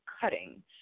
cutting